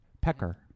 Pecker